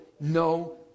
no